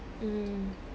mm